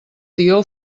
tió